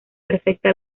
perfecta